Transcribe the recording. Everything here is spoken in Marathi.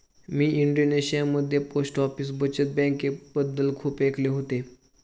मी इंडोनेशियामध्ये पोस्ट ऑफिस बचत बँकेबद्दल खूप ऐकले होते